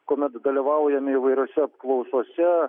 kuomet dalyvaujame įvairiose apklausose